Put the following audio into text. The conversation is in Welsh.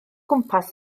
gwmpas